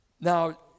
Now